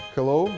Hello